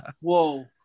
whoa